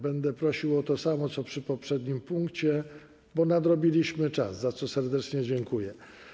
Będę prosił o to samo, co przy poprzednim punkcie, bo nadrobiliśmy czas, za co serdecznie dziękuję.